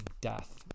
death